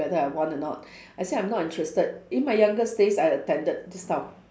whether I want or not I said I'm not interested in my youngest days I attended this type of